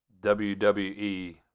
WWE